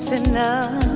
enough